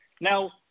Now